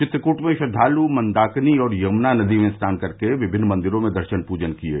चित्रकूट में श्रद्धालू मंदाकिनी और यमुना नदी में स्नान कर के विभिन्न मंदिरों में दर्शन पूजन किएं